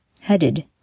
headed